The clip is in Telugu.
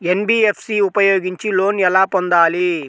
ఎన్.బీ.ఎఫ్.సి ఉపయోగించి లోన్ ఎలా పొందాలి?